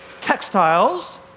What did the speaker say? textiles